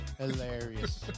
Hilarious